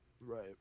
Right